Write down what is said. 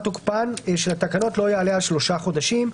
תוקפן של התקנות לא יעלה על שלושה חודשים,